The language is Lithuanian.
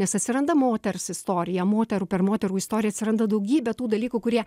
nes atsiranda moters istorija moterų per moterų istoriją atsiranda daugybė tų dalykų kurie